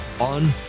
on